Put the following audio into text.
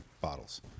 bottles